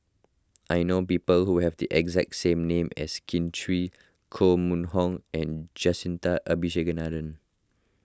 I know people who have the exact name as Kin Chui Koh Mun Hong and Jacintha Abisheganaden